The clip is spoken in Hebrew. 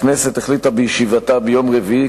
הכנסת החליטה בישיבתה ביום רביעי,